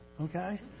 okay